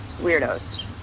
weirdos